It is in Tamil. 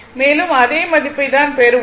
மேலும் அதே மதிப்பைப் தான் பெறுவோம்